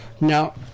Now